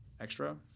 extra